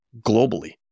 globally